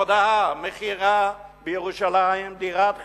מודעה: למכירה בירושלים דירת חניון.